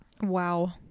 wow